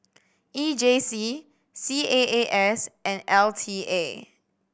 E J C C A A S and L T A